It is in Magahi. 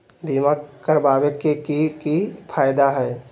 बीमा करबाबे के कि कि फायदा हई?